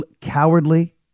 cowardly